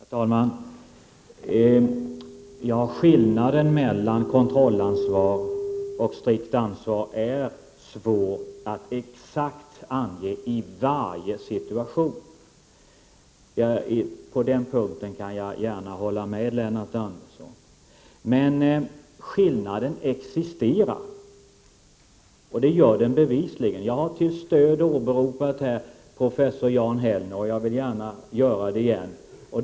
Herr talman! Skillnaden mellan kontrollansvar och strikt ansvar är svår att exakt ange i varje situation. På den punkten kan jag gärna hålla med Lennart Andersson. Men skillnaden existerar bevisligen. Jag har till stöd åberopat professor Jan Hellner och jag vill gärna göra det igen.